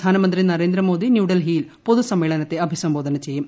പ്രധാനമന്ത്രി നരേന്ദ്രമോദി ന്യൂഡൽഹിയിൽ പൊതുസമ്മേളനത്തെ അഭിസംബോധന ചെയ്യും